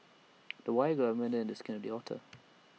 the wire got embedded in the skin of the otter